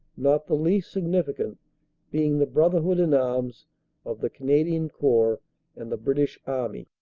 not the least significant being the brotherhood in arms of the canadian corps and the british army.